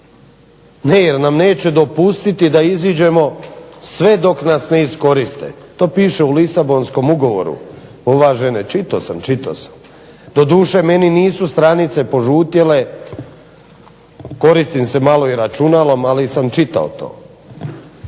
jer nam neće dopustiti da izađemo sve dok nas ne iskoriste. To piše u Lisabonskom ugovoru, uvažene, čitao sam. Doduše meni nisu stranice požutjele, koristim se malo i računalom, ali sam čitao to.